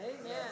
Amen